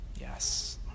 Yes